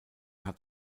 hat